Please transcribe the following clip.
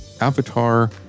Avatar